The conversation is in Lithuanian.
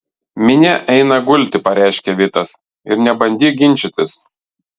minia eina gulti pareiškė vitas ir nebandyk ginčytis